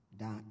dot